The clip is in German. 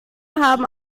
haben